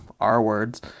R-words